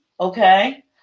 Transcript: okay